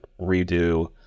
redo